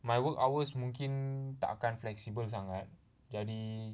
my work hours mungkin tak akan flexible sangat jadi